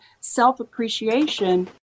self-appreciation